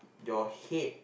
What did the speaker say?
your head